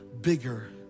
bigger